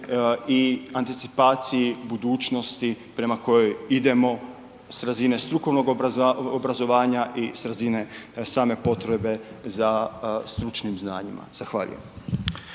i anticipaciji budućnosti prema kojoj idemo s razine strukovnog obrazovanja i s razine same potrebe za stručnim znanjima. Zahvaljujem.